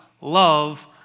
love